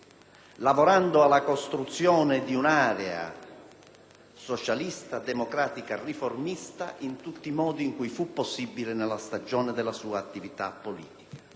lavorando alla costruzione di un'area socialista democratica riformista in tutti i modi in cui fu possibile nella stagione della sua attività politica.